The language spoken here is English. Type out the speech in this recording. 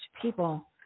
people